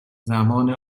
زمان